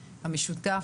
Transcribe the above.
המשותף,